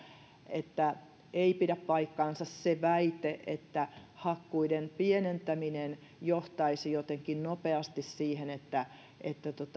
että ei pidä paikkaansa se väite että hakkuiden pienentäminen johtaisi jotenkin nopeasti siihen että että